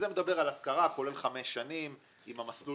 שמדבר על השכרה כולל חמש שנים עם המסלול